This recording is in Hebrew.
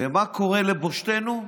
ומה קורה לבושתנו?